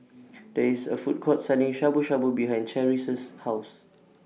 There IS A Food Court Selling Shabu Shabu behind Cherrie's House